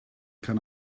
kann